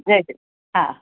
जय जय हा